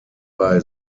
bei